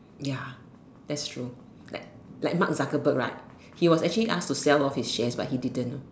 ya that's true like like Mark-Zuckerberg right he was actually asked to sell off his shares know but he didn't